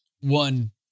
one